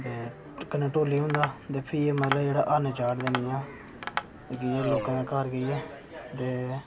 ते कन्नै इक्क टोल्ली होंदा ते फ्ही मतलव जेह्ड़ा कन्नै हरण चाढ़दे न जि'यां ते लोकें दे घर जाइयै ते